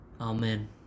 Amen